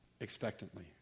expectantly